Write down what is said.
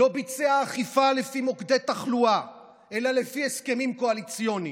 לא ביצע אכיפה לפי מוקדי תחלואה אלא לפי הסכמים קואליציוניים,